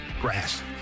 grass